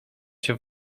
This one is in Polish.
się